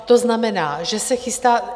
To znamená, že se chystá...